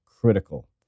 critical